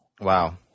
Wow